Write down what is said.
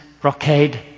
brocade